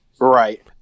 Right